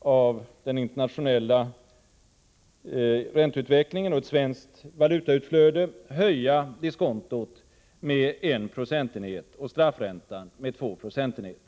av den internationella ränteutvecklingen och ett svenskt valutautflöde att höja diskontot med en procentenhet och straffräntan med två procentenheter.